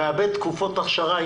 הוא מאבד תקופות אכשרה,